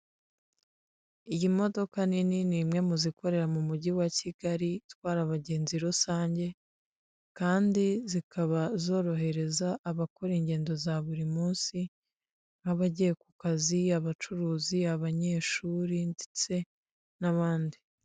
Iyi modoka nini, ni imwe mu zikorera mu mujyi wa Kigali itwara abagenzi rusange kandi zikaba zorohereza abakora ingendo za buri munsi nk'abagiye ku kazi, abacuruzi, abanyeshuri ndetse n'abandi.